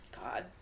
god